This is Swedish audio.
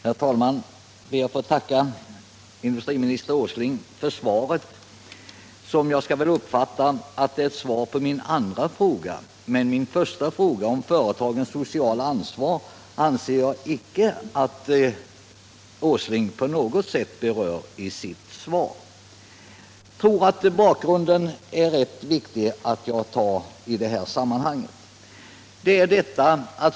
Herr talman! Jag ber att få tacka industriministern Åsling för svaret, som väl får uppfattas gälla min andra fråga. Min första fråga, om företagens sociala ansvar, anser jag icke att herr Åsling på något sätt berört i sitt svar. Jag tror att det är viktigt att redogöra för bakgrunden.